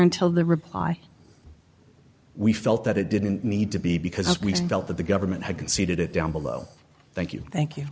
until the reply we felt that it didn't need to be because we felt that the government had conceded it down below thank you thank you